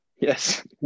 Yes